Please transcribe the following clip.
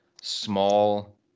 small